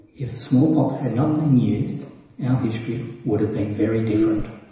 if smallpox had not been used, our history would have been very different.